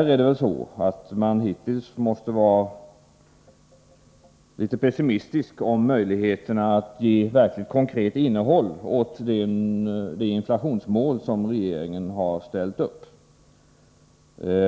har man hittills måst vara litet pessimistisk i fråga om möjligheterna att verkligen ge konkret innehåll åt det inflationsmål som regeringen har ställt upp.